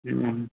ᱦᱮᱸ